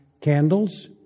candles